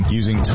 using